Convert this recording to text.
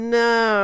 no